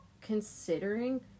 considering